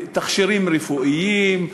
לתכשירים רפואיים,